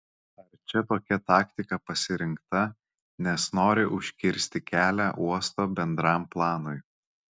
ar čia tokia taktika pasirinkta nes nori užkirsti kelią uosto bendram planui